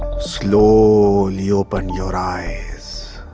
slowly open your eyes.